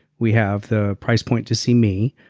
we have the price point to see me.